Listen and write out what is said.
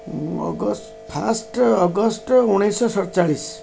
ମୁଁ ଅଗ first August ଉଣେଇଶିଶହ ସତଚାଳିଶି